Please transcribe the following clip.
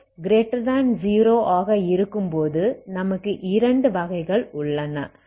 x0 ஆக இருக்கும் போது நமக்கு இரண்டு வகைகள் உள்ளன